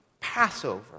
Passover